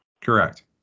Correct